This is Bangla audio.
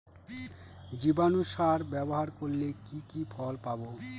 জীবাণু সার ব্যাবহার করলে কি কি ফল পাবো?